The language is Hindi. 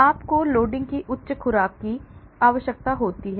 आपको लोडिंग की उच्च खुराक की आवश्यकता होती है